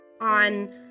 on